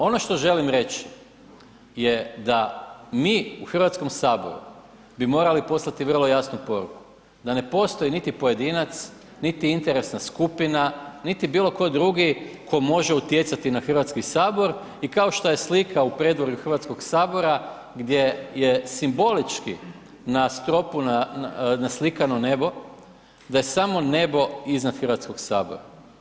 Ono što želim reći je da mi u Hrvatskom saboru bi morali poslati vrlo jasnu poruku, da ne postoji niti pojedinac, niti interesna skupina, niti bilo tko drugi tko može utjecati na Hrvatski sabor i kao što je slika u predvorju Hrvatskog sabora gdje je simbolički na stropu naslikano nebo da je samo nebo iznad Hrvatskog sabora.